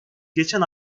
geçen